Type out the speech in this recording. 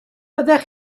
byddech